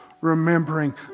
remembering